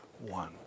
one